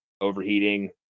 overheating